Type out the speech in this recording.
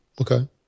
okay